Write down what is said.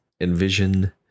envision